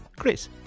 chris